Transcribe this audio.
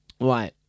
Right